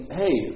hey